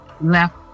left